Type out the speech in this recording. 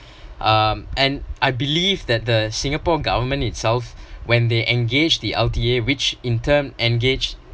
um and I believe that the singapore government itself when they engage the L_T_A which in term engaged